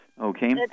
Okay